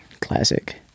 classic